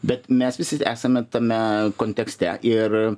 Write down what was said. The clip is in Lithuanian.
bet mes visi esame tame kontekste ir